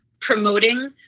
promoting